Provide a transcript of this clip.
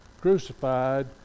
crucified